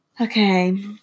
Okay